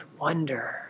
wonder